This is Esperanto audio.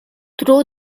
tro